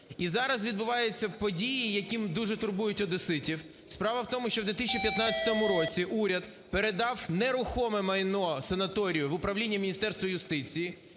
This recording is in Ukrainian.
І зараз відбуваються події, які дуже турбують одеситів. Справа в тому, що у 2015 році уряд передав нерухоме майно санаторію в управління Міністерства юстиції.